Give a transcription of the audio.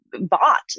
bought